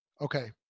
Okay